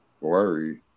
worry